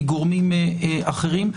מגורמים אחרים.